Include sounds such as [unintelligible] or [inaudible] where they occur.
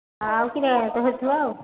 ଆଉ [unintelligible]